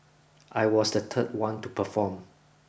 I was the third one to perform